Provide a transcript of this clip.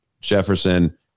Jefferson